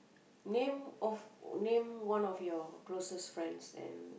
name of name one of your closest friends and